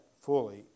fully